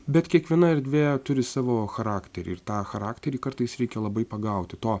bet kiekviena erdvė turi savo charakterį ir tą charakterį kartais reikia labai pagauti to